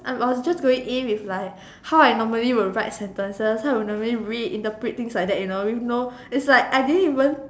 I was just going in with like how I normally will write sentences how I will normally read interpret things like that you know with no it's like I didn't even